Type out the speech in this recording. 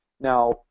Now